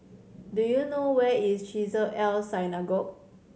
do you know where is Chesed El Synagogue